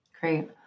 Great